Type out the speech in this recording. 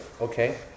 Okay